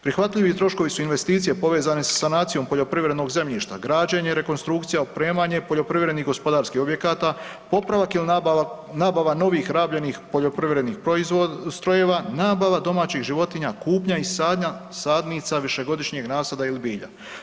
Prihvatljivi troškovi su investicije povezane sa sanacijom poljoprivrednog zemljišta, građenje, rekonstrukcija, opremanje poljoprivrednih gospodarskih objekata, popravak il nabava novih rabljenih poljoprivrednih strojeva, nabava domaćih životinja, kupnja i sadnja sadnica višegodišnjeg nasada ili bilja.